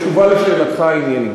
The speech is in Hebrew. בתשובה על שאלתך העניינית,